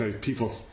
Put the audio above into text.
people